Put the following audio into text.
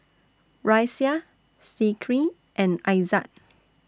Raisya Zikri and Aizat